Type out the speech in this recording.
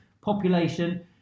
population